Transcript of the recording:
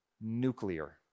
nuclear